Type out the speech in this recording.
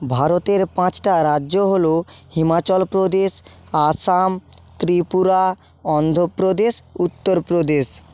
ভারতের পাঁচটা রাজ্য হলো হিমাচল প্রদেশ আসাম ত্রিপুরা অন্ধ্র প্রদেশ উত্তর প্রদেশ